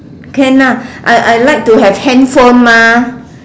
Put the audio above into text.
can lah I I like to have handphone mah